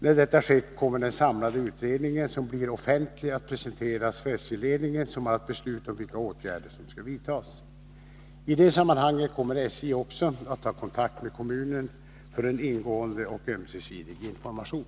När detta skett kommer den samlade utredningen, som blir offentlig, att presenteras för SJ-ledningen, som har att besluta om vilka åtgärder som skall vidtas. I det sammanhanget kommer SJ också att ta kontakt med kommunen för en ingående och ömsesidig information.